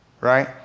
Right